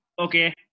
okay